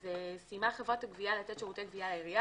זה 'סיימה חברת הגבייה לתת שירותי גבייה לעירייה